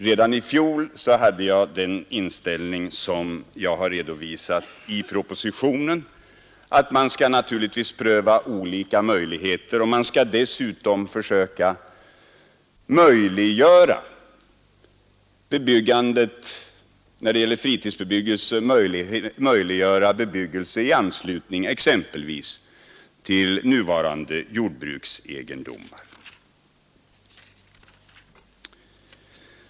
Redan i fjol hade jag den inställning som jag har redovisat i propositionen, nämligen att man naturligtvis skall pröva olika möjligheter och dessutom försöka möjliggöra fritidsbebyggelse i anslutning exempelvis till nuvarande jordbruksegendomar.